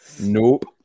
Nope